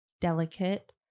delicate